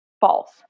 false